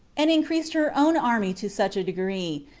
and increased her own army to such a degree,